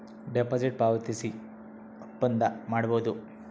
deposit ಪಾವತಿಸಿ ಒಪ್ಪಂದ ಮಾಡಬೋದು